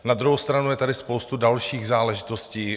Na druhou stranu je tady spousta dalších záležitostí.